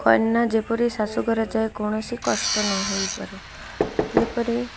କନ୍ୟା ଯେପରି ଶାଶୁ ଘରଯାଏ କୌଣସି କଷ୍ଟ ନହୋଇପାରୁ ଯେପରି